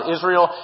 Israel